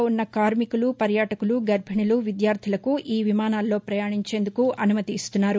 లో ఉన్న కార్మికులు పర్యాటకులు గర్భిణులు విద్యార్దులకు ఈ విమానాల్లో పయాణించేందుకు అనుమతి ఇస్తున్నారు